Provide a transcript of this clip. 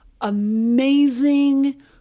amazing